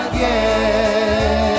Again